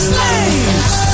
Slaves